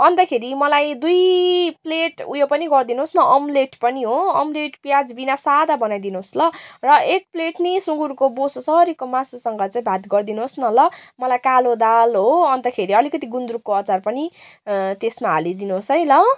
अन्तखेरि मलाई दुइ प्लेट उयो पनि गरिदिनुहोस् न अम्लेट पनि हो अम्लेट प्याजबिना साधा बनाइदिनुहोस् ल र एक प्ले नि सुँगुरको बोसोसरीको मासुसँग चाहिँ भात गरदिनुहोस् न ल मलाई कालो दाल हो अन्तखेरि अलिकति गुन्द्रुकको अचार पनि त्येसमा हालिदिनुहोस् है ल